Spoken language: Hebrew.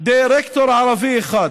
דירקטור ערבי אחד,